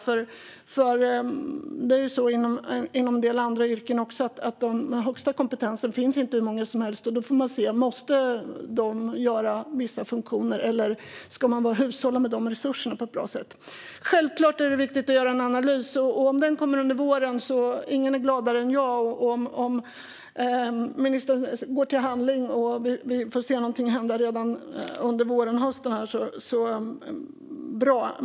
Det är även inom en del andra yrken så att det inte finns hur många som helst av dem med den högsta kompetensen. Då får man se över vilka funktioner de måste sköta. Man ska hushålla med resurserna på ett bra sätt. Självklart är det viktigt att göra en analys. Ingen är gladare än jag om ministern går till handling. Får vi se någonting hända redan under våren eller under hösten är det bra.